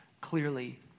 clearly